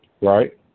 right